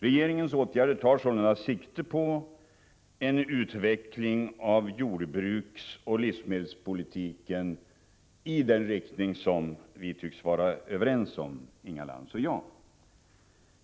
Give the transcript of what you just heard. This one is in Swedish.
Regeringens åtgärder tar sålunda sikte på en utveckling av jordbruksoch livsmedelspolitiken i den riktning som Inga Lantz och jag tycks vara överens om.